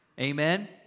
Amen